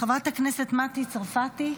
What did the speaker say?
חברת הכנסת מטי צרפתי,